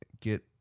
Get